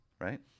Right